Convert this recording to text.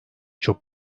çok